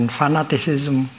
fanaticism